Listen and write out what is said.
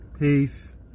Peace